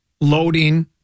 Loading